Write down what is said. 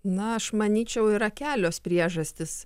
na aš manyčiau yra kelios priežastys